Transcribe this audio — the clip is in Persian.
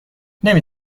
نمی